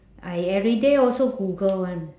I everyday also google one